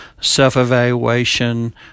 self-evaluation